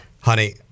Honey